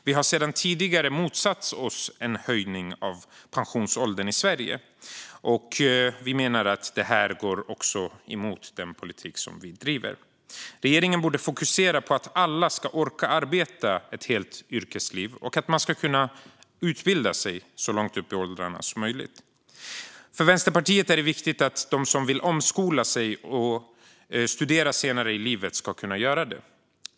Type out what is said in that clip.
Vi har sedan tidigare motsatt oss en höjning av pensionsåldern i Sverige, och vi menar att det här också går emot den politik som vi driver. Regeringen borde fokusera på att alla ska orka arbeta ett helt yrkesliv och att man ska kunna utbilda sig så långt upp i åldrarna som möjligt. För Vänsterpartiet är det viktigt att de som vill omskola sig och studera senare i livet ska kunna göra det.